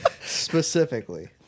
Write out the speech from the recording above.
Specifically